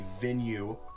Venue